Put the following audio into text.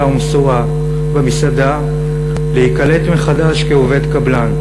ומסורה במסעדה להיקלט מחדש כעובד קבלן,